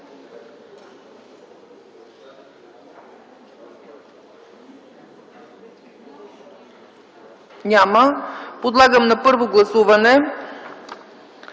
Няма. Подлагам на първо гласуване